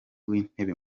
w’intebe